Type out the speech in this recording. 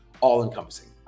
all-encompassing